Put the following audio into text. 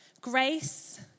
grace